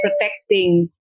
protecting